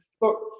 look